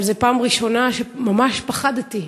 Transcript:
אבל זו הפעם הראשונה שממש פחדתי.